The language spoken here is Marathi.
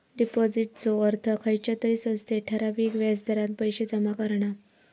डिपाॅजिटचो अर्थ खयच्या तरी संस्थेत ठराविक व्याज दरान पैशे जमा करणा